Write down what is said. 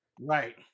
Right